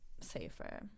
safer